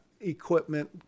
equipment